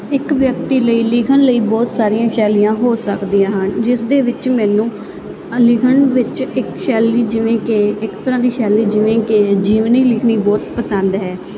ਇੱਕ ਵਿਅਕਤੀ ਲਈ ਲਿਖਣ ਲਈ ਬਹੁਤ ਸਾਰੀਆਂ ਸ਼ੈਲੀਆਂ ਹੋ ਸਕਦੀਆਂ ਹਨ ਜਿਸ ਦੇ ਵਿੱਚ ਮੈਨੂੰ ਲਿਖਣ ਵਿੱਚ ਇੱਕ ਸ਼ੈਲੀ ਜਿਵੇਂ ਕਿ ਇੱਕ ਤਰ੍ਹਾਂ ਦੀ ਸ਼ੈਲੀ ਜਿਵੇਂ ਕਿ ਜੀਵਨੀ ਲਿਖਣੀ ਬਹੁਤ ਪਸੰਦ ਹੈ